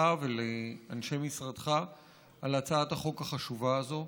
ולאנשי משרדך על הצעת החוק החשובה הזאת.